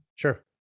Sure